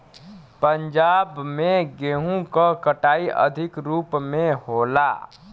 पंजाब में गेंहू क कटाई अधिक रूप में होला